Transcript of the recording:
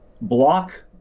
block